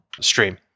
stream